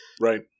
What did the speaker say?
Right